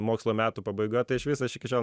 mokslo metų pabaigoj tai aš vis aš iki šiol